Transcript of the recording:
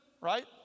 right